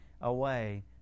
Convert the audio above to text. away